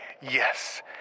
Yes